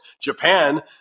Japan